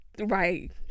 right